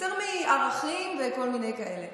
יותר מערכים וכל מיני כאלה.